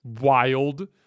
wild